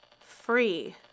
free